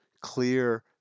clear